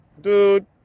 Dude